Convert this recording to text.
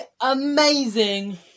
amazing